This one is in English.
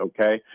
okay